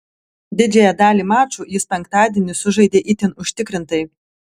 didžiąją dalį mačų jis penktadienį sužaidė itin užtikrintai